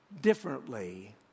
differently